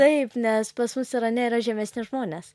taip nes pas mus irane yra žemesni žmonės